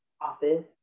office